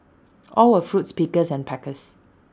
all were fruits pickers and packers